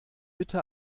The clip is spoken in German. bitte